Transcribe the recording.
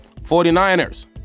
49ers